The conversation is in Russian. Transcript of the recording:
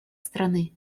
страны